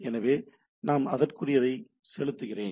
எனவே நான் அதற்குரியதை செலுத்துகிறேன்